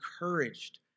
encouraged